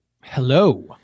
Hello